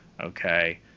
Okay